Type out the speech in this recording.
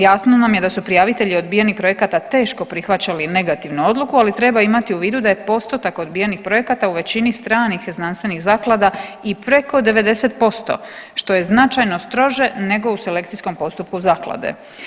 Jasno nam je da su prijavitelji odbijenih projekata teško prihvaćali negativnu odluku ali treba imati u vidu da je postotak odbijenih projekata u većini stranih znanstvenih zaklada i preko 90% što je značajno strože nego u selekcijskom postupku zaklade.